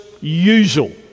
usual